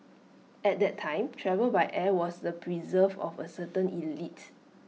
at that time travel by air was A preserve of A certain elite